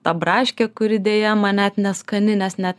tą braškę kuri deja man net neskani nes net